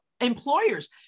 employers